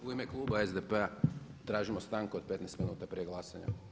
U ime kluba SDP-a tražimo stanku od 15 minuta prije glasanja.